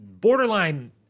borderline